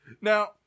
Now